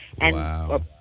Wow